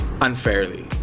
unfairly